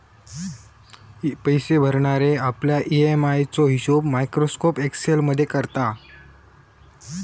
पैशे भरणारे आपल्या ई.एम.आय चो हिशोब मायक्रोसॉफ्ट एक्सेल मध्ये करता